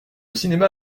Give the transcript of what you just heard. cinéma